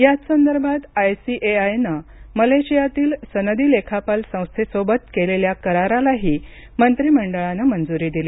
याचसंदर्भात आयसीएआयनं मलेशियातील सनदी लेखापाल संस्थेसोबत केलेल्या करारालाही मंत्रीमंडळानं मंजुरी दिली